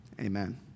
Amen